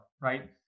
right